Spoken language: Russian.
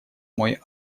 мой